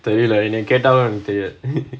தெரில என்ன கேட்டா தெரியாது:therila enna kettaa theriyaathu